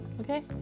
Okay